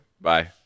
bye